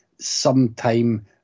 sometime